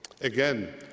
Again